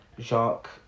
jacques